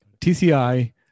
TCI